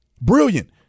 Brilliant